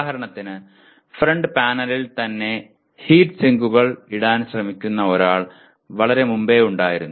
ഉദാഹരണത്തിന് ഫ്രണ്ട് പാനലിൽ തന്നെ ഹീറ്റ് സിങ്കുകൾ ഇടാൻ ശ്രമിക്കുന്ന ഒരാൾ വളരെ മുമ്പേ ഉണ്ടായിരുന്നു